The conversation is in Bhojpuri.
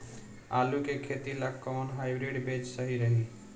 आलू के खेती ला कोवन हाइब्रिड बीज सही रही?